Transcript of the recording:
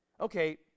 Okay